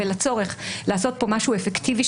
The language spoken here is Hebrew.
ולצורך לעשות פה משהו אפקטיבי,